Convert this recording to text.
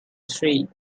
street